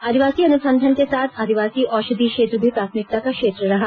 आदिवासी अनुसंधान के साथ आदिवासी औषधि क्षेत्र भी प्राथमिकता का क्षेत्र रहा